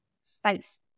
space